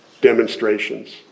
demonstrations